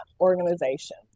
organization